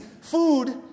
food